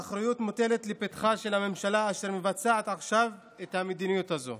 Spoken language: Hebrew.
האחריות מוטלת לפתחה של הממשלה אשר מבצעת עכשיו את המדיניות הזו.